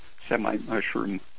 semi-mushroom